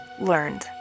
learned